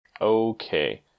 Okay